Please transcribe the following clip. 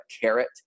carrot